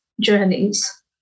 journeys